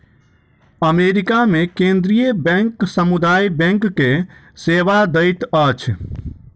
America मे केंद्रीय bank समुदाय बैंक के सेवा दैत अछि